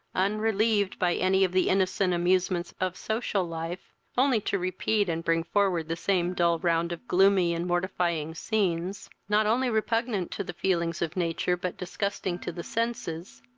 unrelieved by any of the innocent amusements of social life, only to repeat and bring forward the same dull round of gloomy and mortifying scenes, not only repugnant to the feelings of nature, but disgusting to the senses,